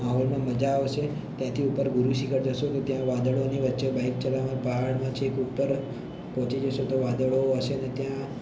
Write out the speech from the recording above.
માહોલમાં મજા આવશે ત્યાંથી ઉપર ગુરુશીખર જશો તો ત્યાં વાદળોની વચ્ચે બાઇક ચલાવવા પહાડમાં છેક ઉપર પહોંચી જશો તો વાદળો હશે ને ત્યાં